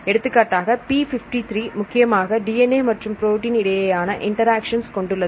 எடுத்துக்காட்டாக p 53 முக்கியமாக DNA மற்றும் ப்ரோட்டின் இடையேயான இன்டராக்சன்ஸ் கொண்டுள்ளது